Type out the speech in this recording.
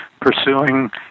pursuing